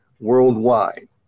Worldwide